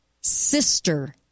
sister